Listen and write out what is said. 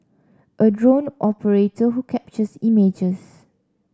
a drone operator who captures images